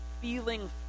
feeling